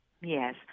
Yes